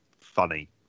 funny